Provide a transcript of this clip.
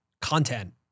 content